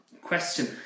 Question